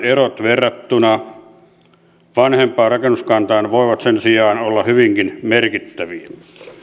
erot verrattuna vanhempaan rakennuskantaan voivat sen sijaan olla hyvinkin merkittäviä